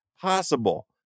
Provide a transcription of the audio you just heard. possible